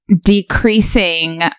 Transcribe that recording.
decreasing